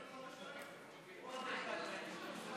אפשר לדחות את זה?